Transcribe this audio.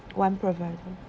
one provider